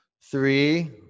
three